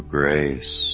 grace